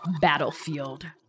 battlefield